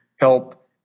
help